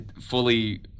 fully